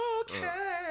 Okay